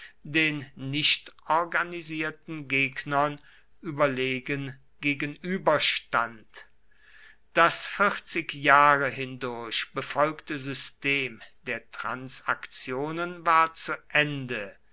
den nichtorganisierten gegnern überlegen gegenüberstand das vierzig jahre hindurch befolgte system der transaktionen war zu ende